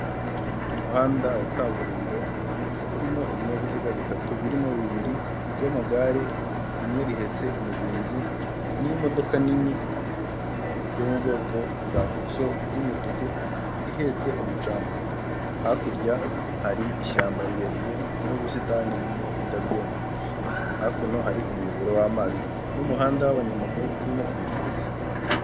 Umuhanda wa kaburimbo urimo ibinyabiziga bitatu birimo bibiri by'amagare, rimwe rihetse umugenzi n'imodoka nini yo mu bwoko bwa fuso y'umutuku ihetse umucanga, hakurya hari ishyamba rirerire n'ubusitani burimo indabyo ngufi, hakuno hari umuyoboro w'amazi n'umuhanda w'abanyamaguru urimo umugenzi.